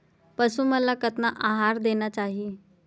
पशु मन ला कतना आहार देना चाही?